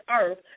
earth